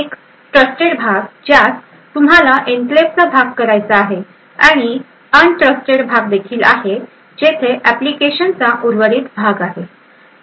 एक ट्रस्टेड भाग आहे ज्यास तुम्हाला एन्क्लेव्हचा भाग करायचा आहे आणि अन्ट्रस्टेड भाग देखील आहे जेथे एप्लिकेशनचा उर्वरित भाग आहे